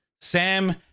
Sam